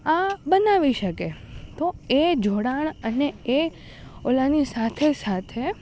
આ બનાવી શકે તો એ જોડાણ અને એ ઓલાની સાથે સાથે